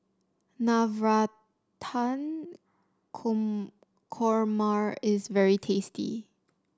Navratan Korma is very tasty